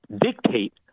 dictate